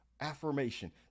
affirmation